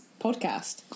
podcast